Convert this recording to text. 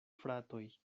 fratoj